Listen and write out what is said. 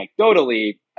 anecdotally